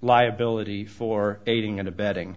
liability for aiding and abetting